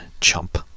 chump